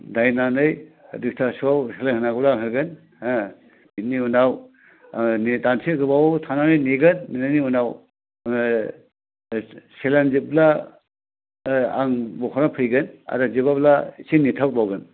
नायनानै दुयथासोआव सेलिन होनांगौब्ला होगोन हो बिनि उनाव दान्दिसे गोबाव थानानै नेगोन बेनि उनाव सेलिन जोबब्ला ओ आं बख'ना फैगोन आरो जोबाब्ला एसे नेथ'बावगोन